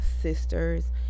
sisters